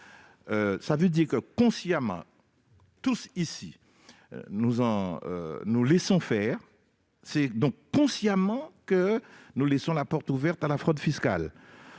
c'est ! C'est consciemment que tous, ici, nous laissons faire. C'est donc consciemment que nous laissons la porte ouverte à la fraude fiscale,